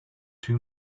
too